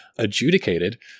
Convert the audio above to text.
Adjudicated